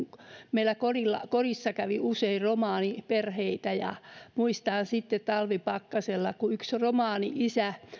meillä kodissa kodissa kävi usein romaniperheitä ja muistan kun talvipakkasella yksi romani isä